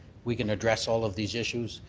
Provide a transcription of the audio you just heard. we can address all of these issues.